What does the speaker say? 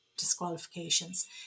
Disqualifications